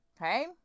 Okay